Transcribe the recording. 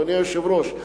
אדוני היושב-ראש,